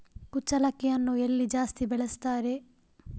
ಕುಚ್ಚಲಕ್ಕಿಯನ್ನು ಎಲ್ಲಿ ಜಾಸ್ತಿ ಬೆಳೆಸ್ತಾರೆ?